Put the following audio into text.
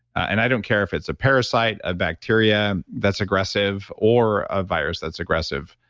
and i don't care if it's a parasite, a bacteria that's aggressive, or a virus that's aggressive.